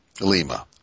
Lima